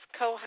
co